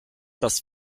dass